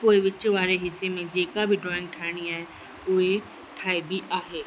पोइ विचु वारे हिसे में जेका बि ड्रॉईंग ठाहिणी आहे उहे ठाहिबी आहे